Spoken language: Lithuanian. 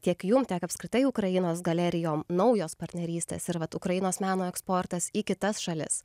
tiek jums tiek apskritai ukrainos galerijom naujos partnerystės ir vat ukrainos meno eksportas į kitas šalis